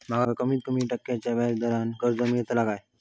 माका कमीत कमी टक्क्याच्या व्याज दरान कर्ज मेलात काय?